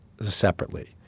separately